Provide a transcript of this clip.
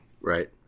Right